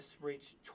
reached